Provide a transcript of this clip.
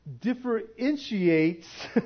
differentiates